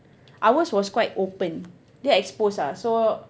ours was quite open dia exposed ah so